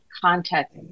context